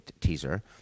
teaser